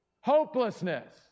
hopelessness